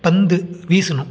பந்து வீசணும்